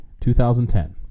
2010